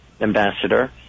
ambassador